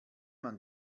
man